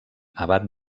abat